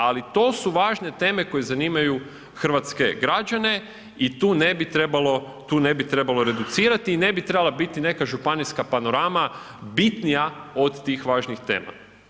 Ali to su važne teme koje zanimaju hrvatske građane i tu ne bi trebalo, tu ne bi trebalo reducirati, i ne bi trebala biti neka Županijska panorama bitnija od tih važnih tema.